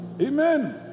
Amen